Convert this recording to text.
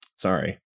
sorry